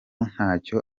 ntacyo